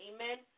Amen